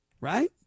Right